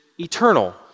eternal